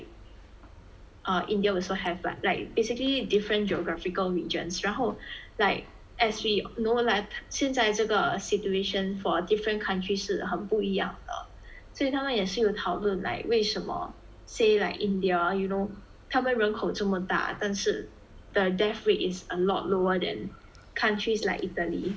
or India also have but like basically different geographical regions 然后 like as we know lah 现在这个 situation for different countries 是很不一样的所以他们也是有讨论 like 为什么 say like India you know 他们人口这么大但是 the death rate is a lot lower than countries like Italy